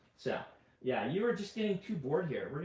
so yeah you are just getting too bored here.